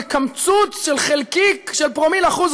זה קמצוץ של חלקיק של פרומיל אחוז,